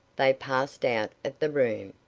they passed out of the room,